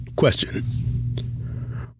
Question